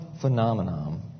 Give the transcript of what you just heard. phenomenon